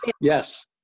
Yes